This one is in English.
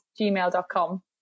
gmail.com